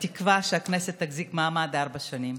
בתקווה שהכנסת תחזיק מעמד ארבע שנים.